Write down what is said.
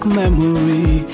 memory